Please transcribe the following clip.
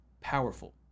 powerful